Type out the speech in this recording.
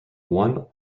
one